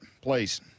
please